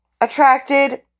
attracted